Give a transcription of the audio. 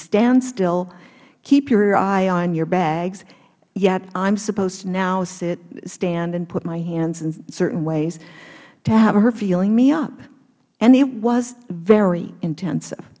stand still keep your eye on your bags yet i am supposed to now sit stand and put my hands in certain ways to have her feeling me up and it was very intensive